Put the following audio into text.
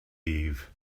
eve